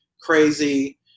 crazy